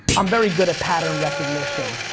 i'm very good at pattern recognition.